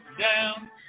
down